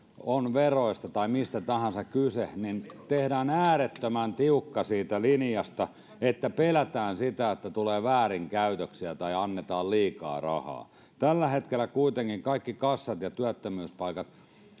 on kyse veroista tai mistä tahansa tehdään äärettömän tiukka siitä linjasta kun pelätään että tulee väärinkäytöksiä tai annetaan liikaa rahaa tällä hetkellä kuitenkin kaikki kassat ja työttömyyspaikat